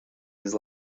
his